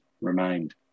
remained